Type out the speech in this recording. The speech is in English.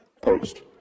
Post